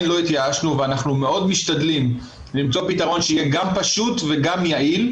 לא התייאשנו ואנחנו מאוד משתדלים למצוא פתרון שיהיה גם פשוט וגם יעיל,